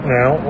now